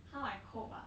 how I cope ah